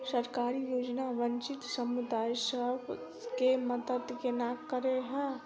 सरकारी योजना वंचित समुदाय सब केँ मदद केना करे है?